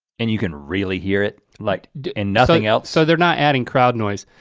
and you can really hear it like and nothing else. so they're not adding crowd noise.